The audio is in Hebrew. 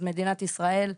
אז מדינת ישראל,